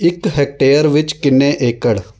ਇੱਕ ਹੈਕਟੇਅਰ ਵਿੱਚ ਕਿੰਨੇ ਏਕੜ